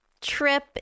trip